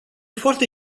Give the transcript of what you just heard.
foarte